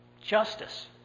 Justice